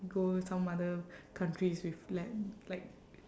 go some other countries with like like